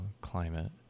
climate